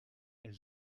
elle